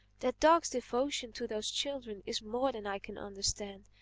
that dog's devotion to those children is more than i can understand.